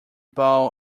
bow